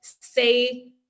say